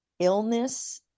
illness